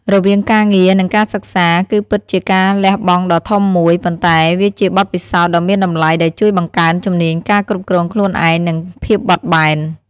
រវាងការងារ និងការសិក្សាគឺពិតជាការលះបង់ដ៏ធំមួយ ប៉ុន្តែវាជាបទពិសោធន៍ដ៏មានតម្លៃដែលជួយបង្កើនជំនាញការគ្រប់គ្រងខ្លួនឯង និងភាពបត់បែន។